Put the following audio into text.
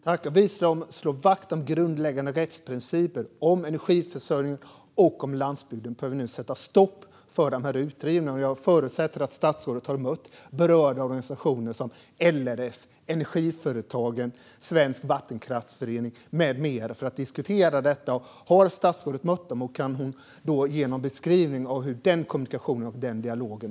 Herr talman! Vi som slår vakt om grundläggande rättsprinciper, om energiförsörjningen och om landsbygden behöver nu sätta stopp för de här utrivningarna. Jag förutsätter att statsrådet har mött berörda organisationer, som LRF, Energiföretagen, Svensk Vattenkraftförening med flera, för att diskutera detta. Har statsrådet mött dem? Kan hon ge en beskrivning av den kommunikationen och den dialogen?